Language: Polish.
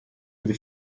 gdy